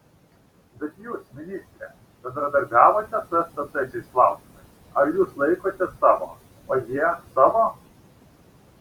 bet jūs ministre bendradarbiavote su stt šiais klausimais ar jūs laikotės savo o jie savo